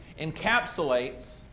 encapsulates